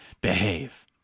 behave